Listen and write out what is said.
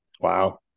wow